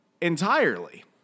entirely